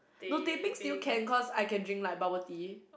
no teh peng still can cause I can drink like bubble tea